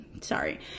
sorry